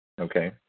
Okay